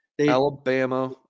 Alabama